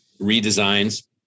redesigns